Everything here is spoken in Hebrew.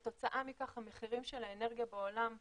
כתוצאה מכך המחירים של האנרגיה בעולם צנחו.